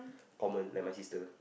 common like my sister